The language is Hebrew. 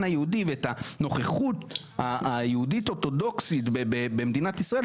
היהודי ואת הנוכחות היהודית אורתודוקסית במדינת ישראל,